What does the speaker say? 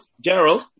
Gerald